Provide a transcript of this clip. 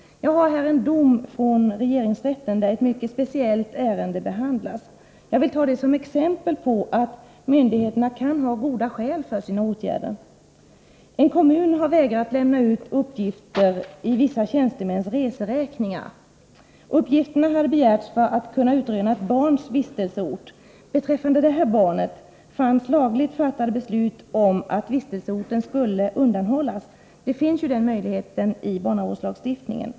Jag har här i min hand en dom från regeringsrätten, där ett mycket speciellt ärende behandlas. Jag vill ta det som exempel på att myndigheterna kan ha goda skäl för sina åtgärder. En kommun har vägrat lämna ut uppgifter om en viss tjänstemans reseräkningar. Uppgifterna har begärts för att kunna utröna ett barns vistelseort. Beträffande detta fanns lagligt fattade beslut om att vistelseorten ej skulle uppges. Den möjligheten finns i barnavårdslagstiftningen.